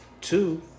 Two